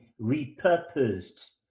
repurposed